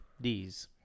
D's